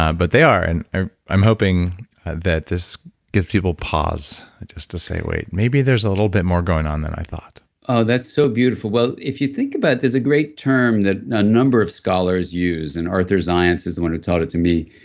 um but they are, and i'm hoping that this gives people pause, just to say, wait. maybe there's a little bit more going on than i thought oh, that's so beautiful. well, if you think about. there's a great term that a number of scholars use, and arthur zajonc is the one who taught it to me.